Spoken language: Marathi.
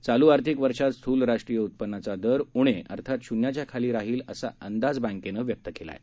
चालू आर्थिक वर्षात स्थूल राष्ट्रीय उत्पादनाचा दर उणे अर्थात शून्याच्या खाली राहील असा अंदाज बँकेनं व्यक्त केला आहे